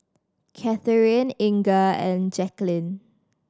Katheryn Inga and Jaqueline